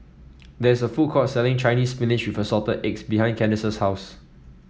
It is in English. there is a food court selling Chinese Spinach with Assorted Eggs behind Candice's house